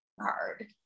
hard